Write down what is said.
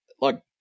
look